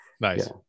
nice